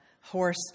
horse